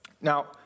Now